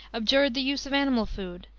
abjured the use of animal food,